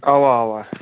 اَوا اَوا